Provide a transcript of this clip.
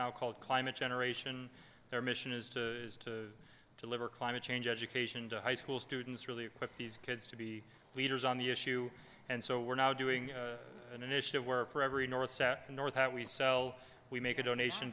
called climate generation their mission is to deliver climate change education to high school students really put these kids to be leaders on the issue and so we're now doing an initiative where for every north south and north that we sell we make a donation